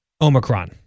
Omicron